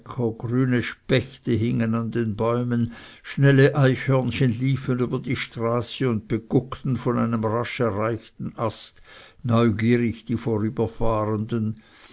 grüne spechte hingen an den bäumen schnelle eichhörnchen liefen über die straße und beguckten von einem rasch erreichten ast neugierig die